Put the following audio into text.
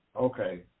okay